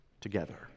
together